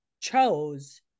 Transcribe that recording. chose